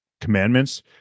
commandments